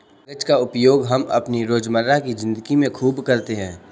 कागज का उपयोग हम अपने रोजमर्रा की जिंदगी में खूब करते हैं